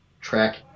track